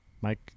Mike